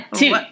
two